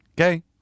okay